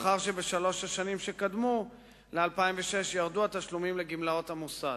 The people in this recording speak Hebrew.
לאחר שבשלוש השנים שקדמו ל-2006 ירדו התשלומים של גמלאות המוסד.